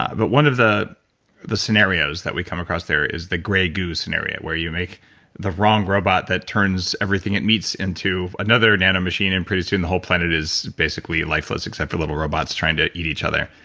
but one of the the scenarios that we come across there is the grey goo scenario where you make the wrong robot that turns everything it needs into another nano-machine and pretty soon the whole planet is basically lifeless except for little robots trying to eat each other.